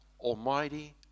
Almighty